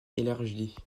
élargie